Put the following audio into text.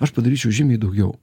aš padaryčiau žymiai daugiau